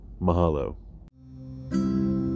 Mahalo